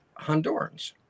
Hondurans